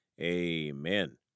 amen